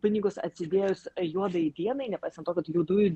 pinigus atsidėjus juodai dienai nepaisant to kad juodųjų